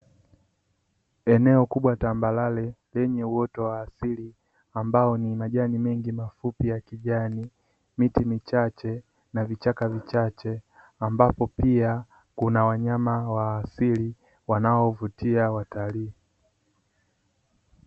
Eneo kubwa tambarare, lenye uoto wa asili ambao ni majani mengi mafupi ya kijani, miti michache na vichaka vichache, ambapo pia kuna wanyama wa asili wanaovutia watalii.